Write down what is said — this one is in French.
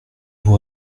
vous